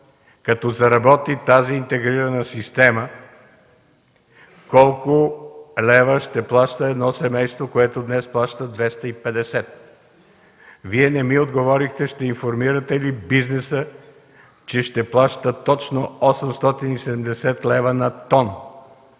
като заработи тази интегрирана система, колко лева ще плаща едно семейство, което днес плаща 250? Вие не ми отговорихте: ще информирате ли бизнеса, че ще плаща точно 870 лв. на тон?